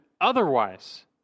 otherwise